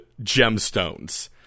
gemstones